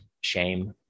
shame